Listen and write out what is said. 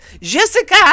Jessica